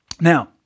Now